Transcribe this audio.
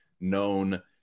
known